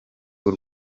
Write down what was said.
w’u